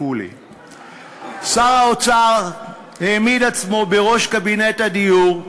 שר האוצר העמיד את עצמו בראש קבינט הדיור,